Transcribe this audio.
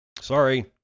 Sorry